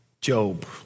Job